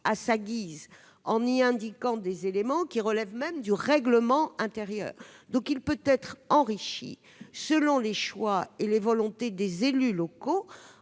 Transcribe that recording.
à sa guise, en y ajoutant des éléments qui relèvent même du règlement intérieur. Ce pacte peut donc être enrichi selon les choix et la volonté des élus locaux.